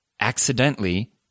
accidentally